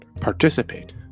participate